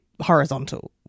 horizontal